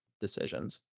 decisions